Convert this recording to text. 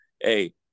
Hey